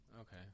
Okay